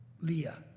Leah